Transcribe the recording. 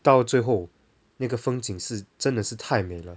到最后那个风景是真的是太美了